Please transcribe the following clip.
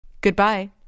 Goodbye